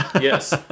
Yes